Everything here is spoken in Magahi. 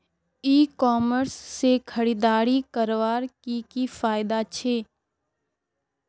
ई कॉमर्स से खरीदारी करवार की की फायदा छे?